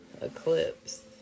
eclipse